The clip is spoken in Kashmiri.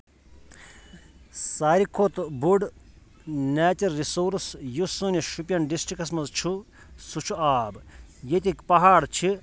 ساروی کھۄتہٕ بوٚڑ نیچرَل رِسورس یُس سٲنِس شُپیَن ڈِسٹرکَس منٛز چھُ سُہ چھُ آب ییٚتِکۍ پہاڑ چھِ